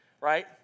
Right